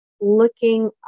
looking